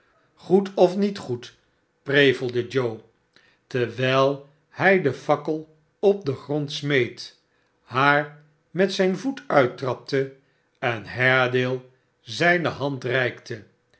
goed of met goed prevelde joe terwijl hij de fakkel op den grond smeet haar met zijn voet uittrapte en haredale zijne hand